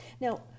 Now